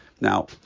Now